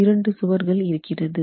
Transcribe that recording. இரண்டு சுவர்கள் இருக்கிறது